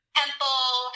temple